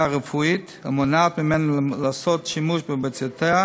רפואית המונעת ממנה לעשות שימוש בביציותיה